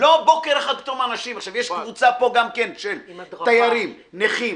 יש קבוצה של תיירים, נכים,